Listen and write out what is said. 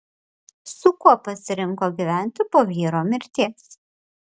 su kuo pasirinko gyventi po vyro mirties